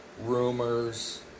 rumors